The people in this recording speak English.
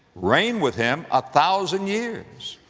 reign with him a thousand years.